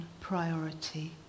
priority